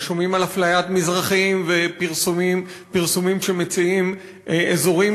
ושומעים על אפליית מזרחיים ופרסומים שמציעים אזורים